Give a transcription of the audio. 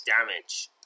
damage